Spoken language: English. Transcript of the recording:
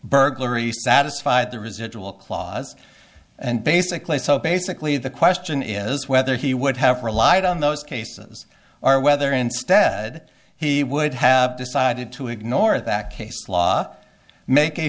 burglary satisfy the residual clause and basically so basically the question is whether he would have relied on those cases or whether instead he would have decided to ignore that case law make a